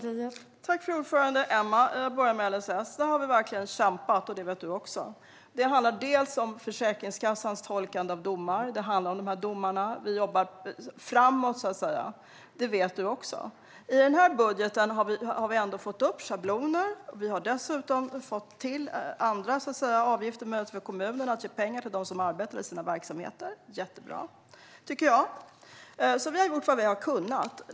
Fru talman! Emma Henriksson vet att när det gäller LSS har vi verkligen kämpat. Det handlar bland annat om Försäkringskassans tolkande av domar. Vi jobbar framåt. Det vet Emma Henriksson. I den här budgeten har vi ändå fått upp schablonbeloppen. Vi har ändå kommit överens om andra avgifter som rör kommunerna, till exempel pengar till dem som arbetar i sina verksamheter. Det är mycket bra, tycker jag. Vi har gjort vad vi har kunnat.